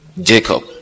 Jacob